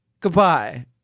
Goodbye